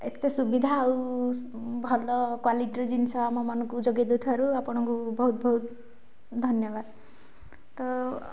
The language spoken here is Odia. ଏତେ ସୁବିଧା ଆଉ ଭଲ କ୍ୱାଲିଟିର ଜିନିଷ ଆମମାନଙ୍କୁ ଯୋଗାଇ ଦେଇଥିବାରୁ ଆପଣଙ୍କୁ ବହୁତ ବହୁତ ଧନ୍ୟବାଦ ତ